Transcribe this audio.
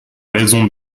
raison